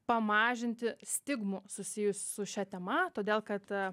pamažinti stigmų susijusių su šia tema todėl kad